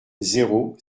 zéro